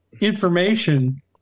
information